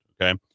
Okay